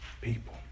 people